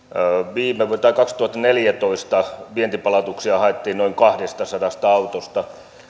kaksituhattaneljätoista vientipalautuksia haettiin noin kahdestasadasta autosta